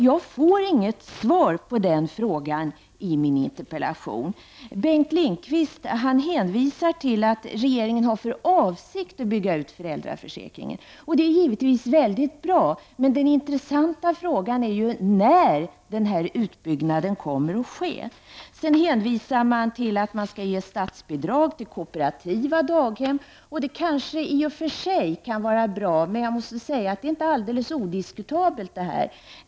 Jag får inget svar på den frågan som jag ställde i min interpellation. Bengt Lindqvist hänvisar till att regeringen har för avsikt att bygga ut föräldraförsäkringen, och det är givetvis väldigt bra. Men den intressanta frågan är när den här utbyggnaden kommer att ske. Han hänvisar vidare till att man skall ge statsbidrag till kooperativa daghem, och det kan kanske vara bra. Jag måste säga att det här inte är alldeles odiskutabelt.